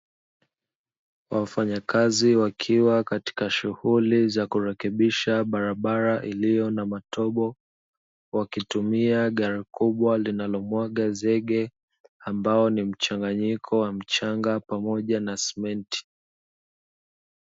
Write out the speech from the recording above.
Wafanyakazi wakiwa katika Shughuli za kurekebisha barabara iliyo na matobo. Wakitumia gari kubwa linalomwaga zege, ambao ni mchanganyiko wa mchanga pamoja na sementi.